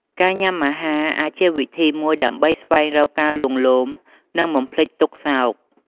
ការញ៉ាំអាហារអាចជាវិធីមួយដើម្បីស្វែងរកការលួងលោម និងបំភ្លេចទុក្ខសោក។